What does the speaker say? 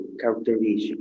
characteristics